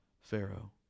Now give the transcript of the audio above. Pharaoh